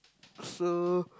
so